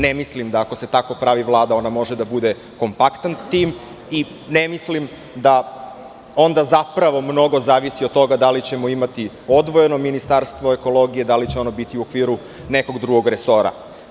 Ne mislim da, ako se tako pravi Vlada, ona može da bude kompaktan tim i ne mislim da onda zapravo mnogo zavisi od toga da li ćemo imati odvojeno Ministarstvo ekologije, da li će ono biti u okviru nekog drugog resora.